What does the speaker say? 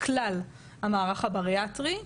כלל המערך הבריאטרי,